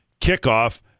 kickoff